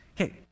Okay